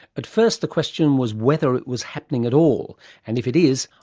at first the question was whether it was happening at all and if it is,